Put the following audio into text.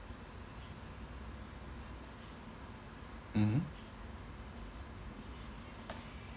mmhmm